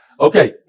Okay